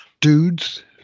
dudes